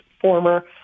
former